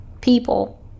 people